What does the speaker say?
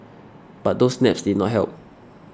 but those naps did not help